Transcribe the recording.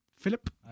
Philip